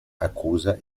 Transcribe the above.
accusa